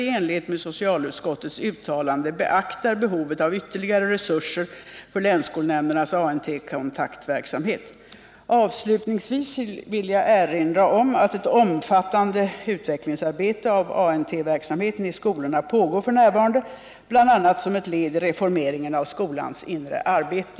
i enlighet med socialutskottets uttalande beaktar behovet av ytterligare resurser för länsskolnämndernas ANT-kontaktverksamhet. Avslutningsvis vill jag erinra om att ett omfattande utvecklingsarbete av ANT-verksamheten i skolorna pågår f. n., bl.a. som ett led i reformeringen av skolans inre arbete.